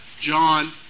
John